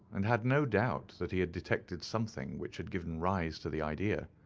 and had no doubt that he had detected something which had given rise to the idea.